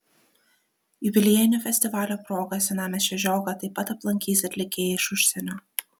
jubiliejinio festivalio proga senamiesčio žiogą taip pat aplankys atlikėjai iš užsienio